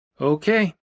Okay